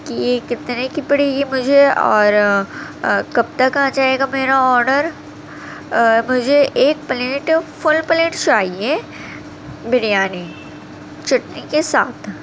کہ یہ کتنے کی پڑے گی مجھے اور کب تک آ جائے گا میرا آڈر مجھے ایک پلیٹ فل پلیٹ چاہیے بریانی چٹنی کے ساتھ